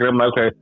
okay